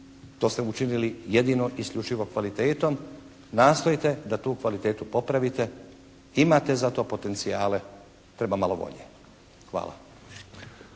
to ste učinili jedino, isključivo kvalitetom. Nastojte da tu kvalitetu popravite, imate za to potencijale, treba malo volje. Hvala.